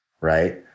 right